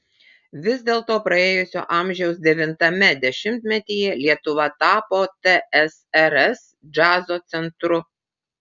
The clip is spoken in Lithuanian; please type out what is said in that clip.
vis dėlto praėjusio amžiaus devintame dešimtmetyje lietuva tapo tsrs džiazo centru